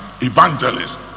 evangelist